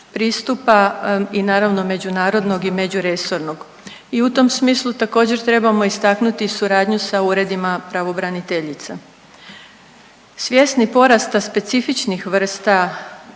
pristupa i naravno međunarodnog i međuresornog. I u tom smislu također trebamo istaknuti suradnju sa uredima pravobraniteljica. Svjesni porasta specifičnih vrsta